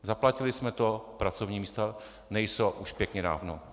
Zaplatili jsme to a pracovní místa nejsou, už pěkně dávno.